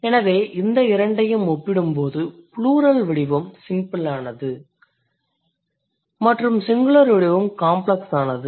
எனவே இந்த இரண்டையும் ஒப்பிடும் போது ப்ளூரல் வடிவம் சிம்பிளானது மற்றும் சிங்குலர் வடிவம் காம்ப்ளக்ஸானது